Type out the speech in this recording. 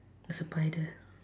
there's a pie there